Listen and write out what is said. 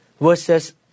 verses